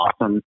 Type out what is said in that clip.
awesome